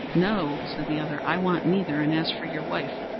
no, said the other. i want neither, and as for your wife,